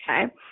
Okay